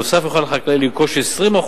נוסף על כך יוכל החקלאי לרכוש 20%